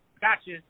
Gotcha